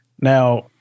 Now